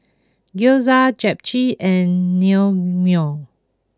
Gyoza Japchae and Naengmyeon